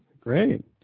great